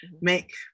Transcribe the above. make